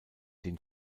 den